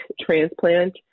transplant